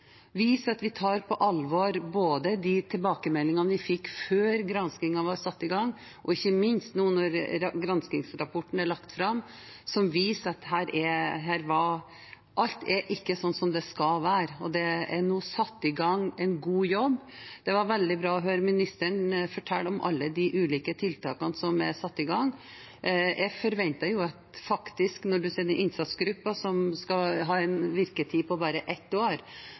at vi tar på alvor både de tilbakemeldingene vi fikk før granskingen var satt i gang, og ikke minst dem vi får nå når granskingsrapporten er lagt fram, som viser at ikke alt er som det skal være. Det er nå satt i gang en god jobb. Det var veldig bra å høre ministeren fortelle om alle de ulike tiltakene som er satt i gang. Når innsatsgruppen skal ha en virketid på bare ett år, forventer jeg at det vil skje en